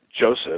Joseph